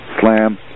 slam